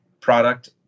product